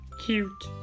cute